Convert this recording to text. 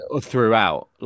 throughout